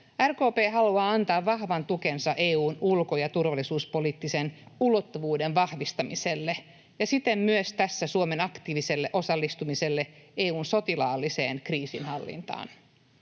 RKP haluaa antaa vahvan tukensa EU:n ulko- ja turvallisuuspoliittisen ulottuvuuden vahvistamiselle ja siten myös tässä Suomen aktiiviselle osallistumiselle EU:n sotilaalliseen kriisinhallintaan.